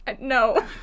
No